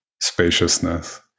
spaciousness